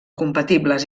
compatibles